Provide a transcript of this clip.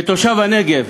כתושב הנגב